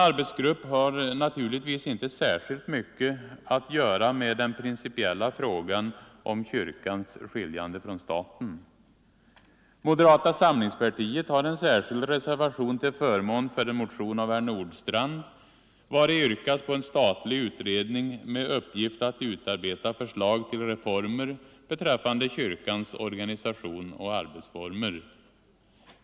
Arbetsgruppen har na turligtvis inte särskilt mycket att göra med den principiella frågan om kyrkans skiljande från staten. Moderata samlingspartiet har en särskild reservation till förmån för en motion av herr Nordstrandh, vari yrkas på en statlig utredning med uppgift att utarbeta förslag till reformer beträffande kyrkans organisation och arbetsformer.